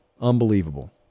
unbelievable